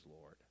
Lord